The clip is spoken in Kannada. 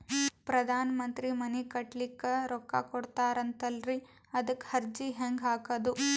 ಪ್ರಧಾನ ಮಂತ್ರಿ ಮನಿ ಕಟ್ಲಿಕ ರೊಕ್ಕ ಕೊಟತಾರಂತಲ್ರಿ, ಅದಕ ಅರ್ಜಿ ಹೆಂಗ ಹಾಕದು?